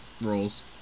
rolls